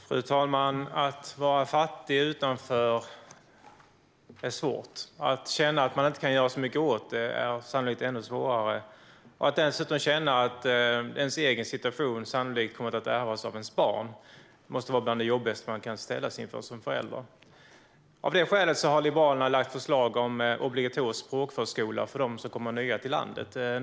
Fru talman! Att vara fattig och utanför är svårt. Att känna att man inte kan göra särskilt mycket åt det är sannolikt ännu svårare. Att dessutom känna att ens egen situation sannolikt kommer att ärvas av ens barn måste vara bland det jobbigaste man kan ställas inför som förälder. Av detta skäl har Liberalerna lagt fram förslag om obligatorisk språkförskola för dem som kommer nya till landet.